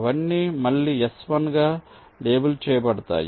అవన్నీ మళ్లీ S1 గా లేబుల్ చేయబడతాయి